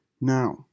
Now